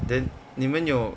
then 你们有